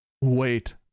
wait